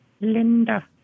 Linda